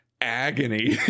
agony